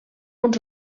uns